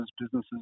businesses